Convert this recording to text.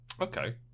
Okay